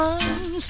One